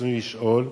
רצוני לשאול: